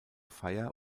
feier